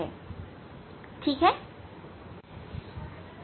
ठीक है